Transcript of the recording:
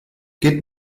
geht